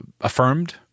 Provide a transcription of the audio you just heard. affirmed